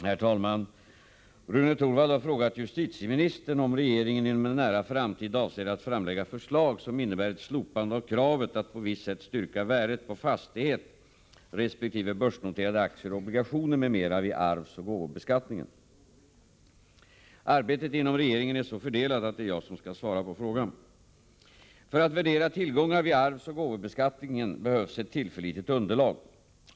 Herr talman! Rune Torwald har frågat justitieministern om regeringen inom en nära framtid avser att framlägga förslag, som innebär ett slopande av kravet att på visst sätt styrka värdet på fastighet resp. börsnoterade aktier och obligationer m.m. vid arvsoch gåvobeskattningen. Arbetet inom regeringen är så fördelat att det är jag som skall svara på frågan. För att värdera tillgångar vid arvsoch gåvobeskattningen behövs ett tillförlitligt underlag.